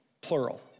plural